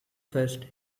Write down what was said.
first